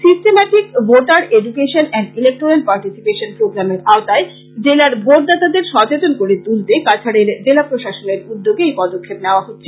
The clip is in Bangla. systematic voter education and electoral participation প্রোগ্রামের আওতায় জেলার ভোটদাতাদের সচেতন করে তুলতে কাছাড়ের জেলা প্রশাসনের উদ্যোগে এই পদক্ষেপ নেওয়া হচ্ছে